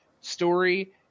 story